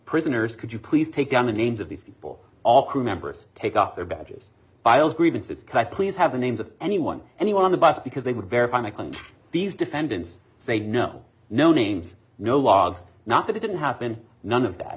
prisoners could you please take down the names of these people all crew members take off their badges files grievances cut police have the names of anyone anyone on the bus because they would verify make these defendants say no no names no logs not that it didn't happen none of that